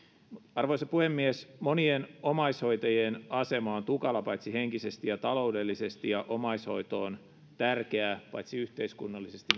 arvoisa puhemies monien omaishoitajien asema on tukala paitsi henkisesti myös taloudellisesti ja omaishoito on tärkeää paitsi yhteiskunnallisesti